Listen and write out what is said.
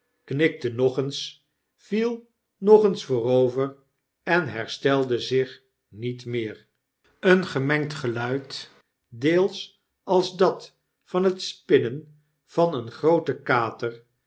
knikte nog eens viel nog eens voorover en herstelde zich niet meer een gemengd geluid deels als dat van het spinnen van een grooten kater